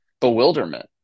bewilderment